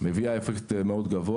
מביאה אפקט גבוה מאוד.